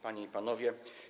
Panie i Panowie!